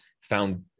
found